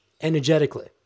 energetically